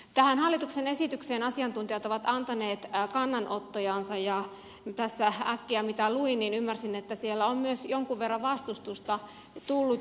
tähän hallituksen esitykseen asiantuntijat ovat antaneet kannanottojansa ja tässä kun äkkiä luin ymmärsin että siellä on myös jonkun verran vastustusta tullut